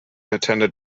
attended